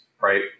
right